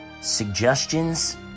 suggestions